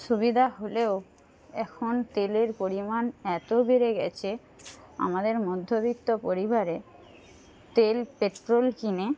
সুবিধা হলেও এখন তেলের পরিমাণ এতো বেড়ে গেছে আমাদের মধ্যবিত্ত পরিবারে তেল পেট্রোল কিনে